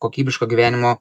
kokybiško gyvenimo